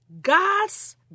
God's